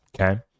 Okay